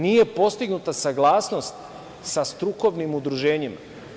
Nije postignuta saglasnost sa strukovnim udruženjima.